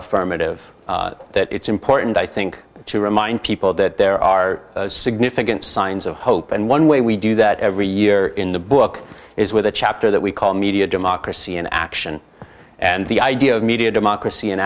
affirmative that it's important i think to remind people that there are significant signs of hope and one way we do that every year in the book is with a chapter that we call media democracy in action and the idea of media democracy